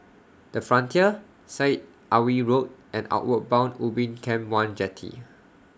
The Frontier Syed Alwi Road and Outward Bound Ubin Camp one Jetty